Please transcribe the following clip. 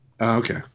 okay